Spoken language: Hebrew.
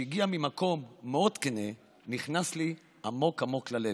שהגיע ממקום מאוד כנה, נכנס לי עמוק עמוק ללב.